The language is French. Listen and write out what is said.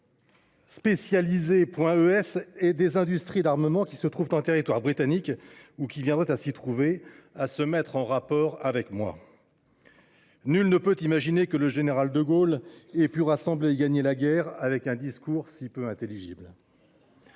“spécialisé·e·s” des industries d’armement qui se trouvent en territoire britannique ou qui viendraient à s’y trouver, à se mettre en rapport avec moi. » Nul ne peut imaginer que le Général de Gaulle eût pu rassembler et gagner la guerre avec un discours si peu intelligible.